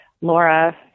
Laura